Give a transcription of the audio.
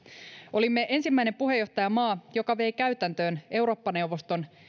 olimme ensimmäinen puheenjohtajamaa joka vei käytäntöön eurooppa neuvoston